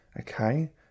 Okay